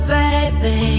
baby